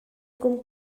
kum